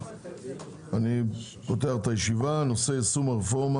אני פותח את הישיבה בנושא: יישום הרפורמה